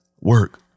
work